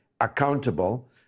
accountable